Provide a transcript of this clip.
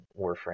Warframe